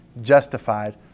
justified